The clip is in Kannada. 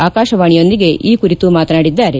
ಆಕಾಶವಾಣಿಯೊಂದಿಗೆ ಈ ಕುರಿತು ಮಾತನಾಡಿದ್ದಾರೆ